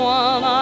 one